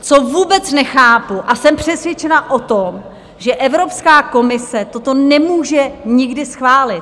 Co vůbec nechápu, a jsem přesvědčena o tom, že Evropská komise toto nemůže nikdy schválit.